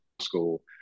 school